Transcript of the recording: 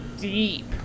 deep